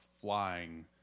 flying